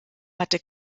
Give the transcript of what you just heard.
hatte